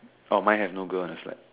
oh my have no girl on the slide